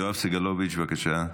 יואב סגלוביץ', בבקשה.